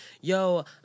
yo